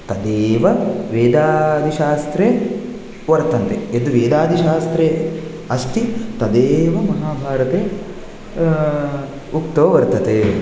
तदेव वेदादिशास्त्रे वर्तन्ते यद् वेदादिशास्त्रे अस्ति तदेव महाभारते उक्तौ वर्तते